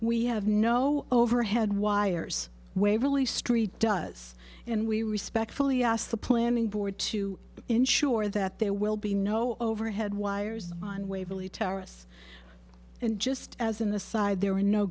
we have no overhead wires waverley street does and we respectfully ask the planning board to ensure that there will be no overhead wires on waverly terrace and just as an aside there are no